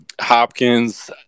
Hopkins